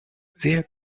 sehr